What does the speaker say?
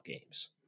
games